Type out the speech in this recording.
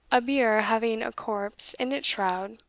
a bier, having a corpse in its shroud,